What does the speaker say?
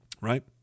right